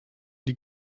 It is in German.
die